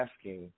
asking